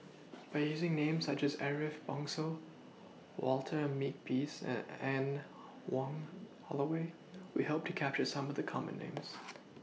By using Names such as Ariff Bongso Walter Makepeace and Anne Wong Holloway We Hope to capture Some of The Common Names